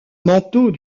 manteau